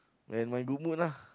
when my good mood lah